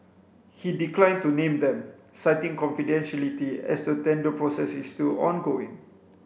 he declined to name them citing confidentiality as the tender process is still ongoing